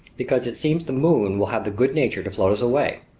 because it seems the moon will have the good nature to float us away!